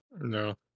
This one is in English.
No